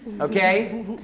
okay